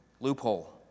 loophole